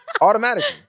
Automatically